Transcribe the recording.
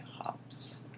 Hops